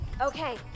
Okay